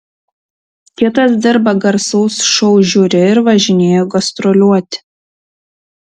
kitas dirba garsaus šou žiuri ir važinėja gastroliuoti